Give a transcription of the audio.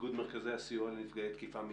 איגוד מרכזי הסיוע לנפגעי תקיפה מינית.